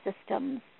systems